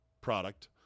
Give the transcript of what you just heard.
product